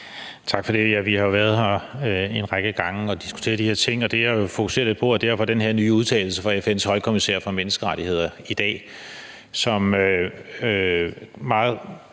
Tak for det. Vi har jo været her en række gange og diskuteret de her ting, og det, jeg fokuserer lidt på, er derfor den her nye udtalelse i dag fra FN's højkommissær for menneskerettigheder, som meget,